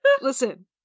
Listen